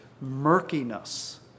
murkiness